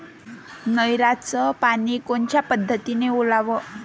नयराचं पानी कोनच्या पद्धतीनं ओलाव?